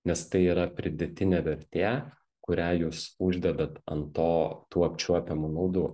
nes tai yra pridėtinė vertė kurią jūs uždedat ant to tų apčiuopiamų naudų